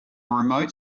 remote